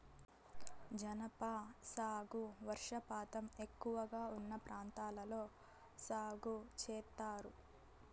జనప సాగు వర్షపాతం ఎక్కువగా ఉన్న ప్రాంతాల్లో సాగు చేత్తారు